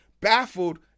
baffled